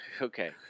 Okay